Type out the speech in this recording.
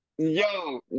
Yo